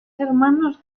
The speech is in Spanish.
hermanos